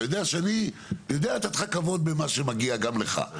אתה יודע שאני יודע לתת לך כבוד במה שמגיע גם לך.